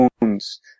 wounds